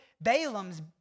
Balaam's